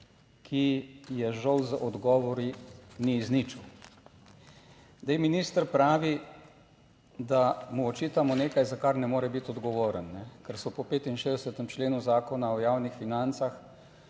ki je žal z odgovori ni izničil. Zdaj minister pravi, da mu očitamo nekaj, za kar ne more biti odgovoren, ker so po 65. členu Zakona o javnih financah